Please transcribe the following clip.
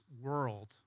world